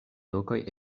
lokoj